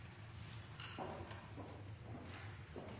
alle